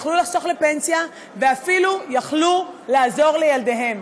יכלו לחסוך לפנסיה ואפילו יכלו לעזור לילדיהם.